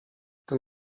ten